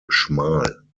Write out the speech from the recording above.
schmal